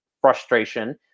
frustration